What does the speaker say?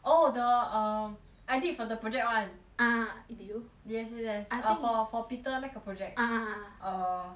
oh the um I did for the project [one] ah did you yes yes for for peter 那个 project ah err